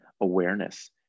awareness